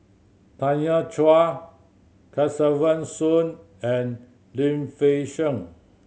Tanya Chua Kesavan Soon and Lim Fei Shen